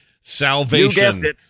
Salvation